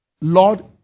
Lord